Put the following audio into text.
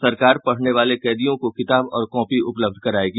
सरकार पढ़ने वाले कैदियों को किताब और कॉपी उपलब्ध करायेगी